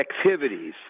activities